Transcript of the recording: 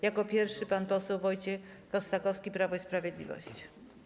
Jako pierwszy pan poseł Wojciech Kossakowski, Prawo i Sprawiedliwość.